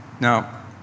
Now